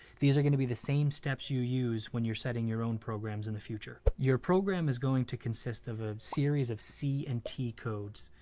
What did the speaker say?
these are going to be the same steps you use when you're setting your own programs in the future. your program is going to consist of a series of c and t codes.